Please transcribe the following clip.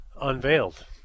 unveiled